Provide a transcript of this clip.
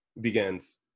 begins